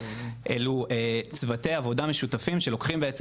אלו צוותי עבודה משותפים שלוקחים בעצם